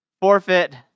forfeit